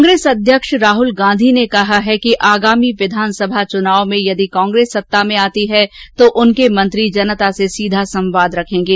कांग्रेस अध्यक्ष राहुल गांधी ने कहा है कि आगामी विधानसभा चुनाव में यदि कांग्रेस सत्ता में आती है तो उनके मंत्री जनता से सीधा संवाद रखेंगे